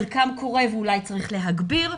חלקם קורה ואולי צריך להגביר,